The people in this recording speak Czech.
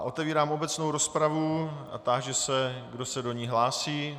Otevírám obecnou rozpravu a táži se, kdo se do ní hlásí.